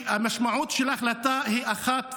והמשמעות שלה היא אחת ויחידה: